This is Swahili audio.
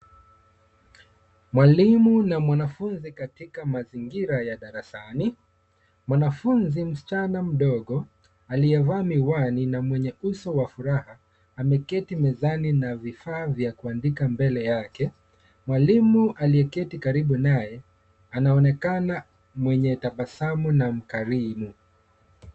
Mwalimu na mwanafunzi katika mazingira ya darasani. Mwanafunzi msichana mdogo aliyevaa miwani na mwenye uso wa furaha, ameketi mezani na vifaa vya kuandika mbele yake. Mwalimu aliyeketi karibu naye anaonekana mwenye tabasamu na mkarimu.